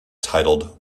titled